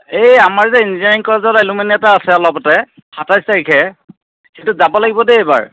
এই আমাৰ যে ইঞ্জিনীয়াৰিং কলেজত এলুমিনি এটা আছে অলপতে সাতাইছ তাৰিখে সেইটোত যাব লাগিব দেই এইবাৰ